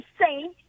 say